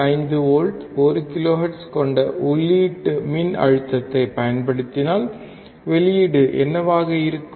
5 volt 1 kilohertz கொண்ட உள்ளீட்டு மின்னழுத்தத்தைப் பயன்படுத்தினால் வெளியீடு என்னவாக இருக்கும்